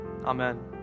Amen